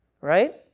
right